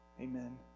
Amen